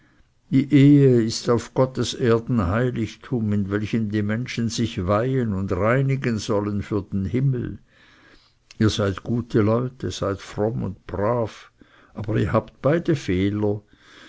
die ehe ist auf erden gottes heiligtum in welchem die menschen sich weihen und reinigen sollen für den himmel ihr seid gute leute seid fromm und brav aber ihr habt beide fehler